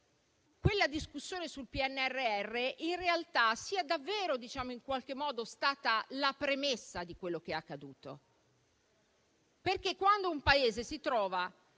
quella discussione sul PNRR sia davvero stata la premessa di quello che è accaduto. Quando un Paese si trova